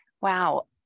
Wow